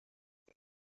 کرد